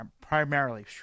primarily